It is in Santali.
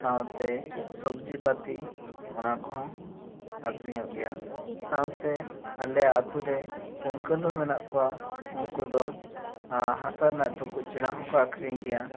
ᱥᱟᱶ ᱛᱮ ᱥᱚᱵᱽᱡᱤ ᱯᱟᱹᱛᱤ ᱚᱱᱟ ᱠᱚᱦᱚᱸ ᱟᱠᱷᱨᱤᱧᱚᱜ ᱜᱮᱭᱟ ᱥᱟᱶᱛᱮ ᱟᱞᱮᱭᱟᱜ ᱟᱛᱳ ᱨᱮ ᱠᱩᱝᱠᱟᱹᱞ ᱦᱚᱸ ᱢᱮᱱᱟᱜ ᱠᱚᱣᱟ ᱩᱱᱠᱩ ᱫᱚ ᱦᱟᱥᱟ ᱨᱮᱱᱟᱜ ᱴᱩᱠᱩᱡ ᱪᱮᱞᱟᱝ ᱦᱚᱸᱠᱚ ᱟᱠᱷᱨᱤᱧ ᱜᱮᱭᱟ